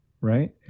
right